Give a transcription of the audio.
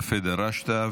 יפה דרשת.